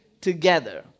together